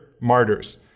martyrs